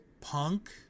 punk